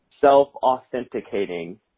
self-authenticating